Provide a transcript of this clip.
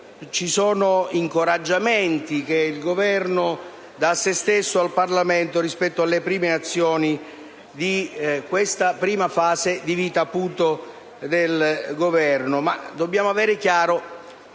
ci siano incoraggiamenti che il Governo dà a sé stesso e al Parlamento rispetto alle prime azioni di questa prima fase di vita del Governo, ma dobbiamo avere chiaro